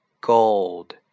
Gold